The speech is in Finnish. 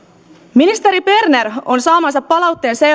ministeri berner on saamansa palautteen